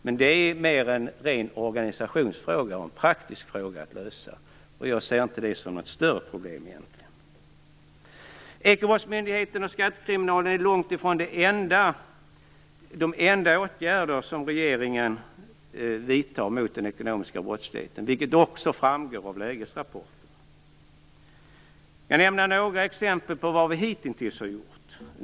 Men detta är mer en organisationsfråga och en praktisk fråga att lösa, och jag ser inte det som något större problem. Ekobrottsmyndigheten och skattekriminalen är långt ifrån de enda åtgärder som regeringen vidtar mot den ekonomiska brottsligheten, vilket också framgår av lägesrapporterna. Jag kan nämna några exempel på vad vi hitintills har gjort.